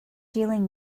dealing